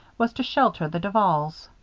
was to shelter the duvals.